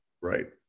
Right